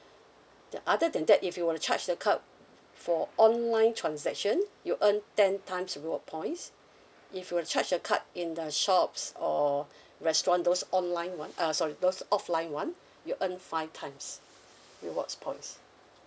other than that if you were to charge the card for online transaction you earn ten times reward points if you were to charge the card in the shops or restaurant those online [one] uh sorry those offline [one] you earn five times rewards points